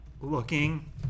looking